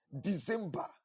December